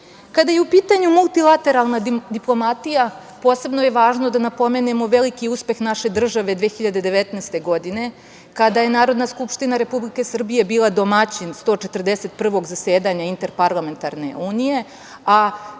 je u pitanju multilateralna diplomatija, posebno je važno da napomenemo veliki uspeh naše države 2019. godine, kada je Narodna skupština Republike Srbije bila domaćin 141. zasedanja Interparlamentarne unije. Tada